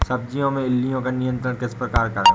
सब्जियों में इल्लियो का नियंत्रण किस प्रकार करें?